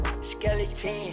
skeleton